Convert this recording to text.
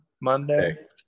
Monday